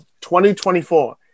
2024